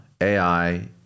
AI